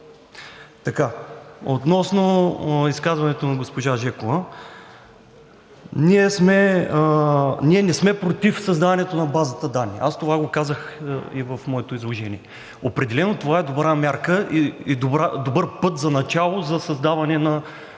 Относно изказването на госпожа Жекова. Ние не сме против създаването на базата данни – аз това го казах и в моето изложение. Определено това е добра мярка и добър път за начало за създаване на база от данни,